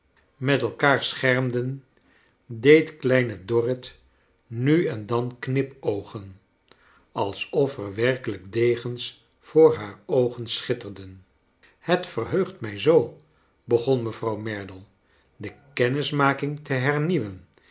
met elkaar schermden deed kleine dorrit nu en dan knipoogen alsof er werkelijk degens voor haar oogen s chit ter den het verheugt mij zoo begon mevrouw merdle de kennismaking te hernieuwen